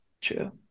true